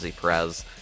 Perez